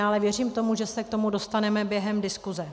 Ale věřím tomu, že se k tomu dostaneme během diskuse.